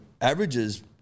averages